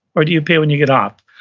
or do you pay when you get off?